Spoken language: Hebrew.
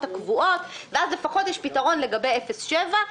הקבועות ואז לפחות יש פתרון לגבי אפס שבע,